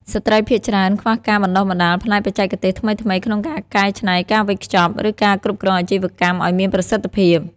ស្ត្រីភាគច្រើនខ្វះការបណ្តុះបណ្តាលផ្នែកបច្ចេកទេសថ្មីៗក្នុងការកែច្នៃ ការវេចខ្ចប់ ឬការគ្រប់គ្រងអាជីវកម្មឲ្យមានប្រសិទ្ធភាព។